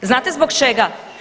Znate zbog čega?